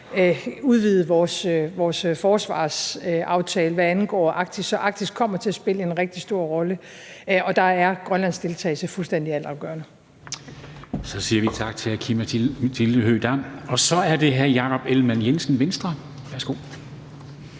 udvide vores forsvarsaftale, hvad angår Arktis, så Arktis kommer til at spille en rigtig stor rolle, og der er Grønlands deltagelse altafgørende. Kl. 13:20 Formanden (Henrik Dam Kristensen): Så siger vi tak til fru Aki-Matilda Høegh-Dam. Og så er det hr. Jakob Ellemann-Jensen, Venstre. Værsgo.